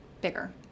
bigger